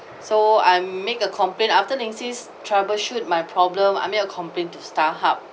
so I make a complaint after linksys troubleshoot my problem I make a complaint to starhub